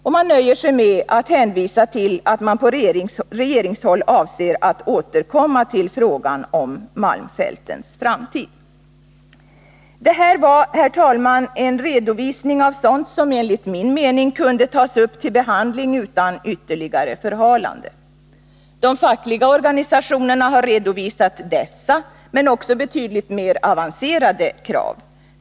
Utskottet nöjer sig med att hänvisa till att man på regeringshåll avser att återkomma till frågan om malmfältens framtid. Detta var, herr talman, en redovisning av sådant som enligt min mening kunde tas upp till behandling utan ytterligare förhalande. De fackliga organisationerna har redovisat dessa men också betydligt mer avancerade krav.